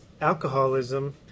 alcoholism